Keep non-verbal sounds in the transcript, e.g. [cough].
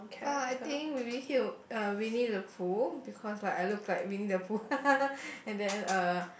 well I think maybe he uh Winnie-the-Pooh because I I look like Winnie-the-Pooh [laughs] and then uh